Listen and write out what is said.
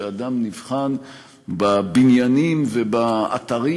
שהאדם נבחן בבניינים ובאתרים